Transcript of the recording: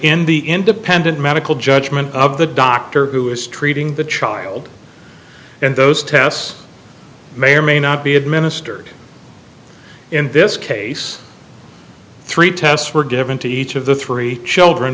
in the independent medical judgment of the doctor who is treating the child and those tests may or may not be administered in this case three tests were given to each of the three children